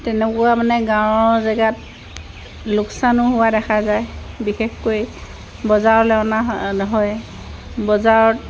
তেনেকুৱা মানে গাঁৱৰ জেগাত লোকচানো হোৱা দেখা যায় বিশেষকৈ বজাৰলৈ অনা হয় বজাৰত